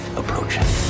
approaching